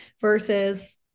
versus